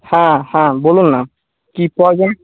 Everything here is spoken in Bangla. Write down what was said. হ্যাঁ হ্যাঁ বলুন না কি প্রয়োজন